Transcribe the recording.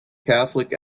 catholic